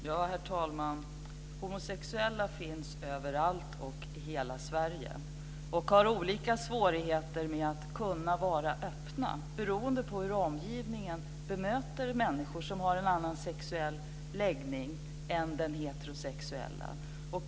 Herr talman! Homosexuella finns överallt och i hela Sverige. De har olika svårigheter med att kunna vara öppna, beroende på hur omgivningen bemöter människor som har en annan sexuell läggning än den heterosexuella.